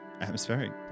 Atmospheric